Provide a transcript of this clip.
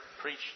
preach